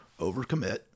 overcommit